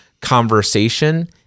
conversation